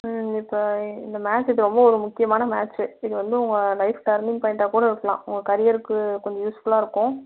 ம் இப்போ இந்த மேட்ச் இது ரொம்ப ஒரு முக்கியமான மேட்ச்சு இது வந்து உங்கள் லைஃப் டர்னிங் பாய்ண்ட்டாக கூட இருக்கலாம் உங்கள் கரியருக்கு கொஞ்சம் யூஸ்ஃபுல்லாக இருக்கும்